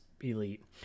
elite